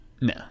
No